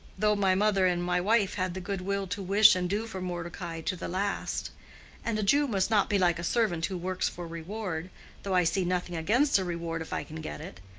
though my mother and my wife had the good will to wish and do for mordecai to the last and a jew must not be like a servant who works for reward though i see nothing against a reward if i can get it.